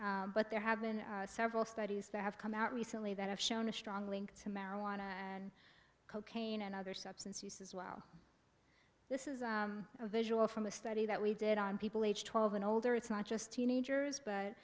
use but there have been several studies that have come out recently that have shown a strong link to marijuana and cocaine and other substance use as well this is a visual from a study that we did on people age twelve and older it's not just teenagers but